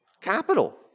Capital